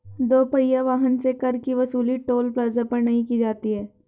दो पहिया वाहन से कर की वसूली टोल प्लाजा पर नही की जाती है